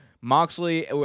Moxley